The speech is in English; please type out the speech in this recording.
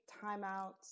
timeouts